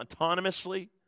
autonomously